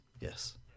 yes